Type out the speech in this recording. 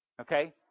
Okay